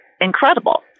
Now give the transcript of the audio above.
incredible